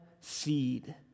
seed